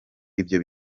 ibyo